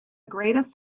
greatest